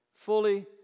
fully